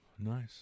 Nice